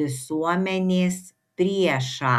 visuomenės priešą